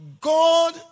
god